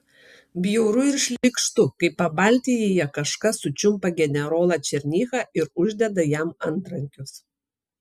bjauru ir šlykštu kai pabaltijyje kažkas sučiumpa generolą černychą ir uždeda jam antrankius